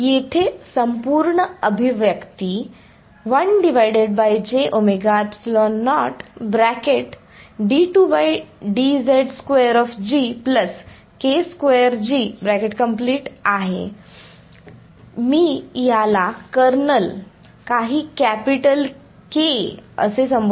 येथे संपूर्ण अभिव्यक्ती आहे मी याला कर्नल काही कॅपिटल K असे संबोधणार आहे